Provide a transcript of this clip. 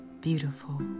beautiful